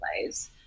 plays